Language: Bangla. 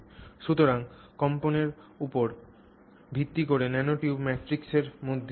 সুতরাং কম্পনের উপর ভিত্তি করে ন্যানোটিউব ম্যাট্রিক্সের মধ্যে চলেছে